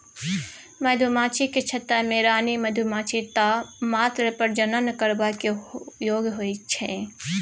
मधुमाछीक छत्ता मे रानी मधुमाछी टा मात्र प्रजनन करबाक योग्य होइ छै